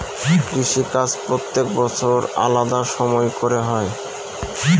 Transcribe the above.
কৃষিকাজ প্রত্যেক বছর আলাদা সময় করে হয়